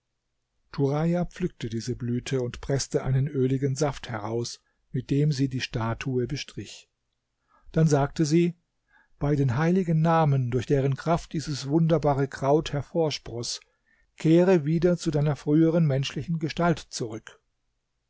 pflückte diese blüte und preßte einen öligen saft heraus mit dem sie die statue bestrich dann sagte sie bei den heiligen namen durch deren kraft dieses wunderbare kraut hervorsproß kehre wieder zu deiner früheren menschlichen gestalt zurück